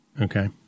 Okay